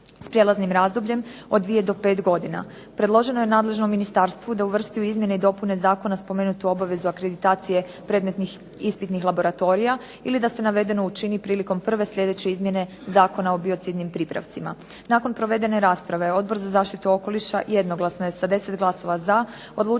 s prijelaznim razdobljem od 2 do 5 godina. Predloženo je nadležnom ministarstvu da uvrsti u izmjene i dopune zakona spomenutu obavezu akreditacije predmetnih ispitnih laboratorija ili da se navedeno učini prilikom prve sljedeće izmjene Zakona o biocidnim pripravcima. Nakon provedene rasprave Odbor za zaštitu okoliša jednoglasno je sa 10 glasova za odlučio